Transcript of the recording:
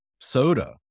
soda